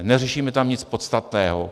Neřešíme tam nic podstatného.